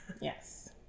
yes